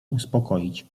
uspokoić